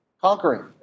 conquering